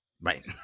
Right